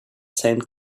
same